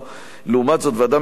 לעומת זאת, ועדה משותפת,